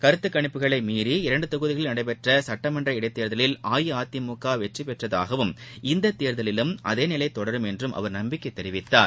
கருத்துக்கணிப்புகளை மீறி இரண்டு தொகுதிகளில் நடைபெற்ற சட்டமன்ற இடைத்தேர்தலில் அஇஅதிமுக வெற்றி பெற்றதூகவும் இந்த தேர்தலிலும் அதே நிலை தொடரும் என்றும் அவர் நம்பிக்கை தெரிவித்தார்